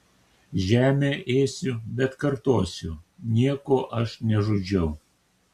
žemę ėsiu bet kartosiu nieko aš nežudžiau